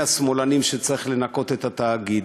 השמאלנים שצריך לנקות מהם את התאגיד,